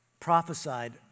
prophesied